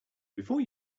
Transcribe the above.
before